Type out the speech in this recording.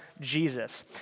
Jesus